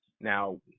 Now